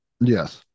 Yes